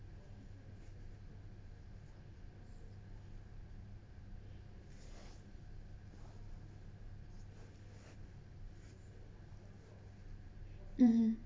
mmhmm